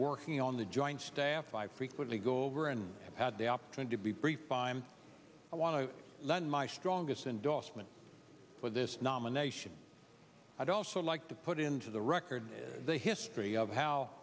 working on the joint staff i frequently go over and i've had the opportunity to be briefed by him i want to let my strongest endorsement for this nomination i'd also like to put into the record the history of how